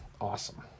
Awesome